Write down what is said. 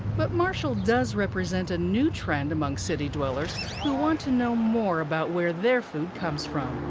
but marshall does represent a new trend among city-dwellers who want to know more about where their food comes from.